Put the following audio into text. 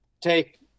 take